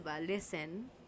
listen